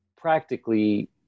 practically